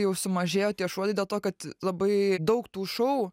jau sumažėjo tie šuoliai dėl to kad labai daug tų šou